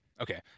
okay